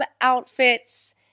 outfits